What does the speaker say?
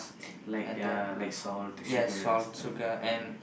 like ya like salt sugar and stuff okay